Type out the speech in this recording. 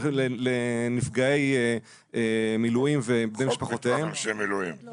תשלום לנפגעי מילואים ובני משפחותיהם לא